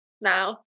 now